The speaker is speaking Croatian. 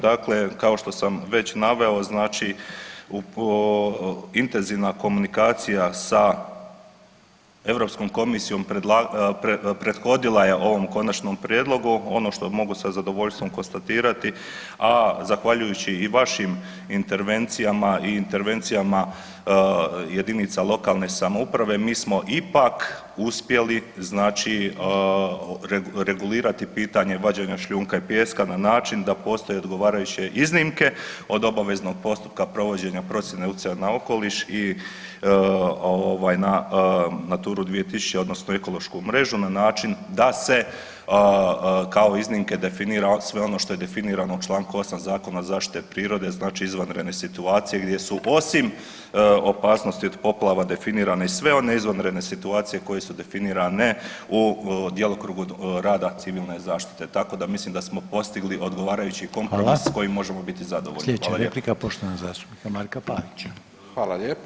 Dakle, kao što sam već naveo intenzivna komunikacija sa Europskom komisijom prethodila je ovom konačnom prijedlogu, ono što mogu sa zadovoljstvom konstatirati, a zahvaljujući i vašim intervencijama i intervencijama jedinica lokalne samouprave mi smo ipak uspjeli regulirati pitanje vađenja šljunka i pijeska na način da postoje odgovarajuće iznimke od postupka provođenja procjene utjecaja na okoliš i NATURA-u 2000 odnosno ekološku mrežu na način da se kao iznimke definira sve ono što je definirano u čl. 8. Zakona o zaštiti prirode znači izvanredne situacije gdje su osim opasnosti od poplava definirane i sve one izvanredne situacije koje su definirane u djelokrugu rada Civilne zaštite, tako da mislim da smo postigli odgovarajući kompromis kojim možemo biti zadovoljni.